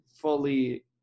fully